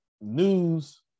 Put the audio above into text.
news